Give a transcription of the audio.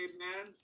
Amen